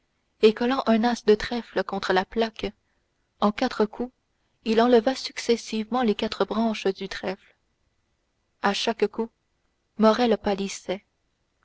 et collant un as de trèfle contre la plaque en quatre coups il enleva successivement les quatre branches du trèfle à chaque coup morrel pâlissait